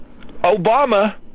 Obama